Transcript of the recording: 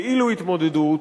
כאילו התמודדות,